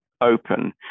open